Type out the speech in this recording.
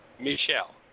Michelle